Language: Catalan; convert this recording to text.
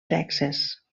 sexes